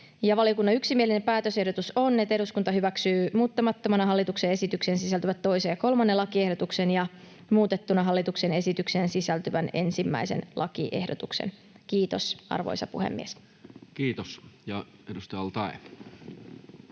Valiokunnan yksimielinen päätösehdotus on, että eduskunta hyväksyy muuttamattomana hallituksen esitykseen sisältyvät 2. ja 3. lakiehdotuksen ja muutettuna hallituksen esitykseen sisältyvän 1. lakiehdotuksen. — Kiitos, arvoisa puhemies. [Speech 94] Speaker: